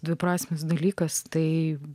dviprasmis dalykas tai